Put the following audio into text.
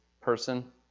person